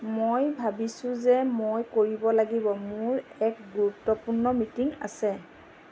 মই ভাবিছোঁ যে মই কৰিব লাগিব মোৰ এক গুৰুত্বপূৰ্ণ মিটিং আছে